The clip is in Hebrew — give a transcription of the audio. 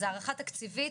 אז הערכה תקציבית,